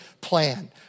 plan